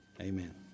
amen